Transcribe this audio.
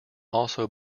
also